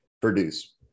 produce